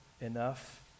enough